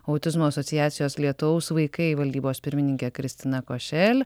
autizmo asociacijos lietaus vaikai valdybos pirmininke kristina košel